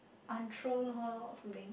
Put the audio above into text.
untroll her or something